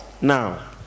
Now